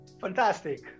Fantastic